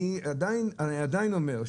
אני עדיין אומר,